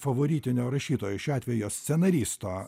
favoritinio rašytojo šiuo atvejo scenaristo